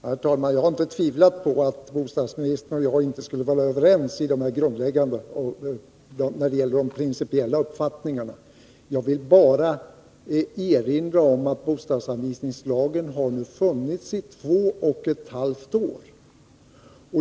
Herr talman! Jag har inte tvivlat på att bostadsministern och jag är överens när det gäller de principiella uppfattningarna. Jag vill bara erinra om att bostadsanvisningslagen nu har funnits i två och ett halvt år.